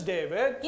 David